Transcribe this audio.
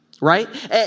right